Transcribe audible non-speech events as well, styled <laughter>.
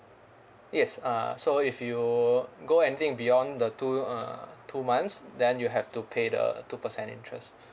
yes uh so if you go anything beyond the two uh two months then you have to pay the two percent interest <breath>